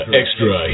extra